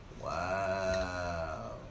Wow